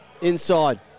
Inside